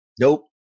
Nope